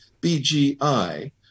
BGI